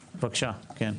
מחוז.